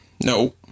No